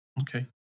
Okay